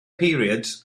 periods